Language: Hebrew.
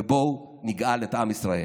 ובואו נגאל את עם ישראל.